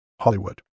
Hollywood